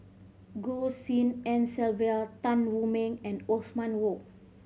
Goh Tshin En Sylvia Tan Wu Meng and Othman Wok